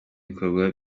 bikorwa